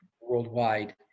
worldwide